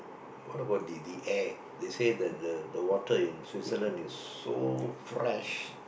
what about the the air they say that the the water in Switzerland is so fresh